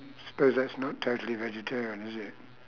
suppose that's not totally vegetarian is it